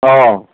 অঁ